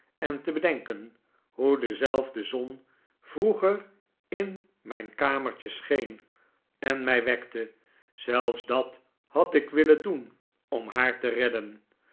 en te bedenken hoe dezelfde zon vroeger in mijn kamertje scheen en mij wekte zelfs dat had ik willen doen om haar te redden